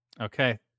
Okay